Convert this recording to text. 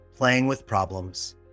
playingwithproblems